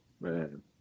man